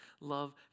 love